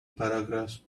paragraphs